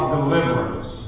deliverance